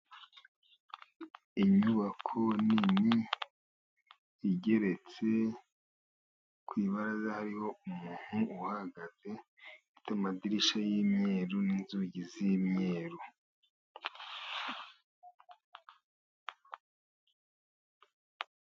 Inyubako nini igeretse, ku ibaraza hariho umuntu uhagaze ufite amadirishya y'imyeru, n'inzugi z'imyeru.